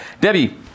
Debbie